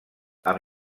amb